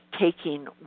taking